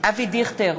אבי דיכטר,